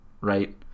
right